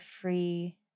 free